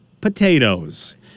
potatoes